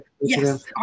Yes